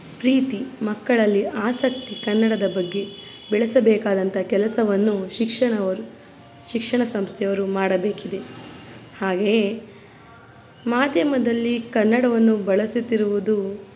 ಪ್ರೀತಿ ಮಕ್ಕಳಲ್ಲಿ ಆಸಕ್ತಿ ಕನ್ನಡದ ಬಗ್ಗೆ ಬೆಳೆಸಬೇಕಾದಂತಹ ಕೆಲಸವನ್ನು ಶಿಕ್ಷಣ ಶಿಕ್ಷಣ ಸಂಸ್ಥೆಯವರು ಮಾಡಬೇಕಿದೆ ಹಾಗೆಯೇ ಮಾಧ್ಯಮದಲ್ಲಿ ಕನ್ನಡವನ್ನು ಬಳಸುತ್ತಿರುವುದು